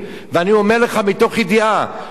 לא נתנו את זה לקבלן או לשני קבלנים,